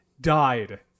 Died